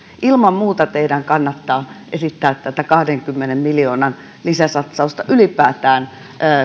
ilman muuta teidän kannattaa esittää tätä kahdenkymmenen miljoonan lisäsatsausta ylipäätään